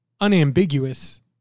unambiguous